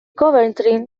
coventry